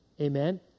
Amen